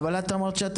אבל את אמרת שאת